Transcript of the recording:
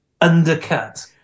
undercut